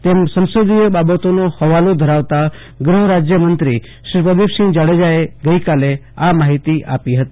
તેમ સંસદીય બાબતોનો હવાલો ધરાવતા ગૃ હ રાજયમંત્રી શ્રી પ્રદિ પક્કિં જાડેજાએ ગઈકાલે આ માહિતી આપી હતી